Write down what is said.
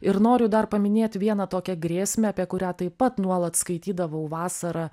ir noriu dar paminėt vieną tokią grėsmę apie kurią taip pat nuolat skaitydavau vasarą